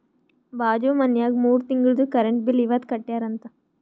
ಬಾಜು ಮನ್ಯಾಗ ಮೂರ ತಿಂಗುಳ್ದು ಕರೆಂಟ್ ಬಿಲ್ ಇವತ್ ಕಟ್ಯಾರ ಅಂತ್